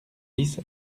dix